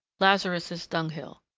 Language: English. lazarus's dunghill.